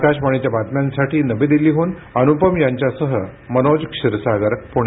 आकाशवाणीच्या बातम्यांसाठी नवी दिल्लीहून अनुपम यांच्यासह मनोज क्षीरसागर पुणे